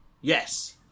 Yes